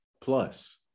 plus